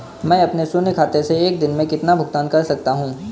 मैं अपने शून्य खाते से एक दिन में कितना भुगतान कर सकता हूँ?